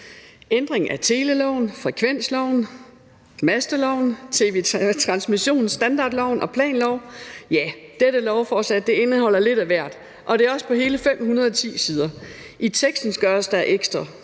Ændring af teleloven, frekvensloven, masteloven, tv-transmissionsstandardloven og planloven – ja, dette lovforslag indeholder lidt af hvert, og det er også på hele 510 sider. I teksten gøres der dog straks